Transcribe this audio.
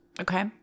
Okay